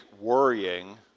worrying